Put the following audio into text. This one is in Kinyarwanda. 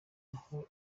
aho